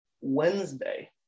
Wednesday